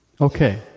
Okay